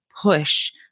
push